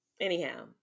anyhow